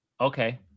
Okay